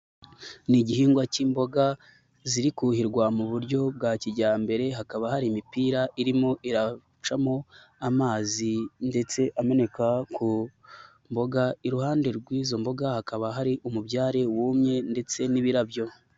Ni igihingwa k'imboga ziri kuhirwa mu buryo bwa kijyambere hakaba hari imipira irimo iracamo amazi ndetse ameneka ku mboga iruhande rw'izo mboga, hakaba hari umubyare wumye ndetse n'ibirabyo.